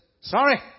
Sorry